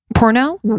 Porno